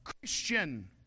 Christian